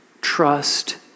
trust